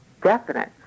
definite